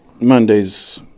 Monday's